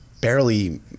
barely